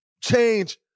change